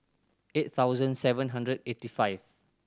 eight thousand seven hundred eighty five